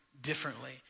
differently